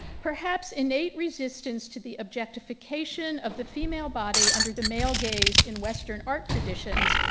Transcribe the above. perhaps innate resistance to the objectification of the female body under the male gaze in western art traditions,